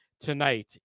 tonight